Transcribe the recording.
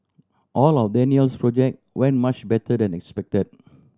all of Daniel's project went much better than expected